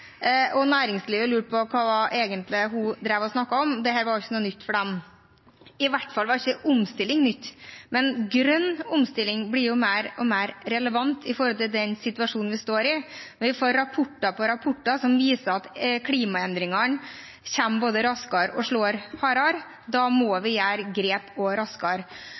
Næringslivet lurte på hva det egentlig var hun drev og snakket om – dette var jo ikke noe nytt for dem. Omstilling var i hvert fall ikke noe nytt. Men grønn omstilling blir mer og mer relevant med tanke på den situasjonen vi står i. Vi får rapport etter rapport som viser at klimaendringene både kommer raskere og slår hardere. Da må vi ta grep, og vi må gjøre det raskere.